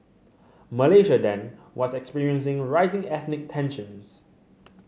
Malaysia then was experiencing rising ethnic tensions